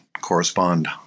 correspond